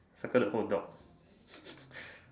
circle the whole dog